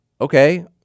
Okay